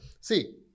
see